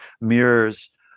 mirrors